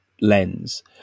lens